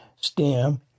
stem